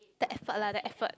that effort lah that effort